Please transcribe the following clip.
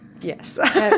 Yes